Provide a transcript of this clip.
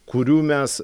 kurių mes